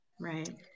right